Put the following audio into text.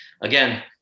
again